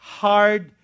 hard